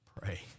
pray